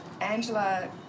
Angela